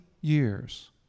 years